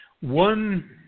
One